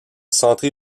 santé